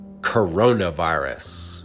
coronavirus